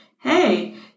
hey